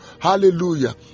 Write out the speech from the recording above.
Hallelujah